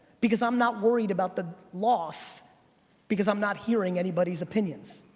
because i'm not worried about the loss because i'm not hearing anybody's opinions.